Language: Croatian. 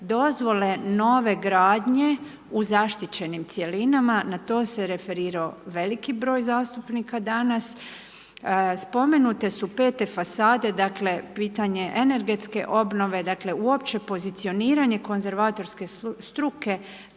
dozvole nove gradnje u zaštićenim cjelinama, na to se referirao veliki broj zastupnika danas. Spomenute su 5. fasade dakle pitanje energetske obnove, dakle uopće pozicioniranje konzervatorske struke